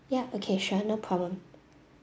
ya okay sure no problem